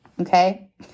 okay